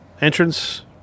entrance